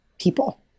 people